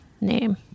name